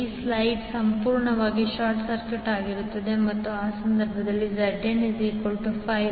ಈ ಸೈಡ್ ಸಂಪೂರ್ಣವಾಗಿ short circuit ಆಗಿರುತ್ತದೆ ಮತ್ತು ಆ ಸಂದರ್ಭದಲ್ಲಿ ZN 5 Ω